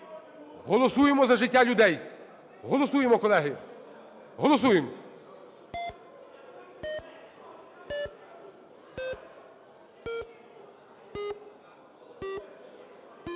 Голосуємо за життя людей, голосуємо, колеги, голосуємо.